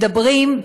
מדברים,